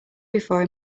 before